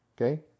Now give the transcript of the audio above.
okay